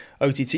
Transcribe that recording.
OTT